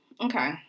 okay